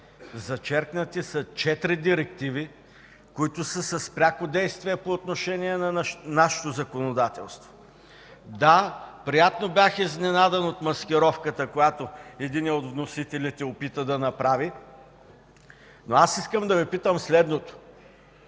Зачеркнати са четири директиви, които са с пряко действие по отношение на нашето законодателство. Да, приятно бях изненадан от маскировката, която единият от вносителите се опита да направи. Искам да попитам: кое